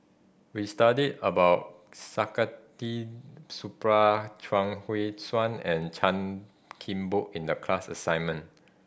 we study about Supaat Chuang Hui Tsuan and Chan Kim Boon in the class assignment